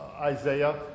isaiah